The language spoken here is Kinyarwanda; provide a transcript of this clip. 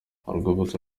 urwibutso